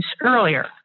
earlier